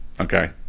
okay